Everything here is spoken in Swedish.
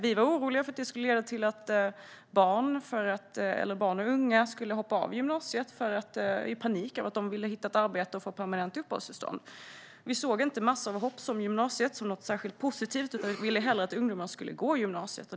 Vi var oroliga för att det skulle leda till att barn och unga skulle hoppa av gymnasiet i panik för att de ville hitta ett arbete och få permanent uppehållstillstånd. Vi såg inte massavhopp från gymnasiet som något särskilt positivt, utan vi ville hellre att ungdomar skulle gå gymnasiet.